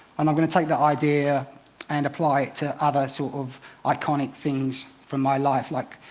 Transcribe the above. and i'm going to take that idea and apply it to other sort of iconic things from my life. like,